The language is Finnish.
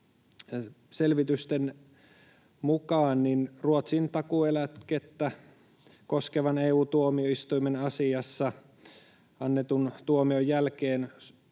mukaan Ruotsin takuueläkettä koskevan, EU-tuomioistuimen asiassa antaman tuomion jälkeen